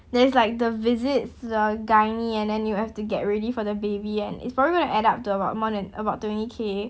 then it's like the visit to the gynaecologist and then you have to get ready for the baby and it's probably gonna add up to about more than about twenty K